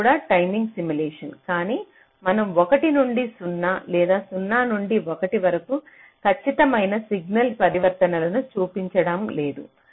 ఇది కూడా timing simulation కానీ మనం 1 నుండి 0 లేదా 0 నుండి 1 వరకు ఖచ్చితమైన సిగ్నల్ పరివర్తనలను చూపించడం లేదు